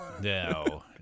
No